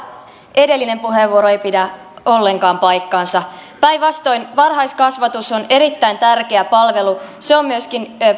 edellinen puheenvuoro ei pidä ollenkaan paikkaansa päinvastoin varhaiskasvatus on erittäin tärkeä palvelu perheet myöskin